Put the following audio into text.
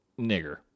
nigger